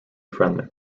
friendly